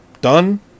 Done